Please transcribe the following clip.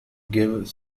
give